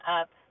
up